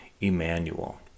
Emmanuel